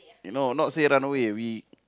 you know not say run away we